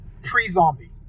pre-zombie